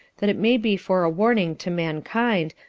that it may be for a warning to mankind,